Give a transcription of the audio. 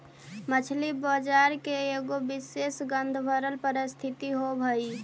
मछली बजार के एगो विशेष गंधभरल परिस्थिति होब हई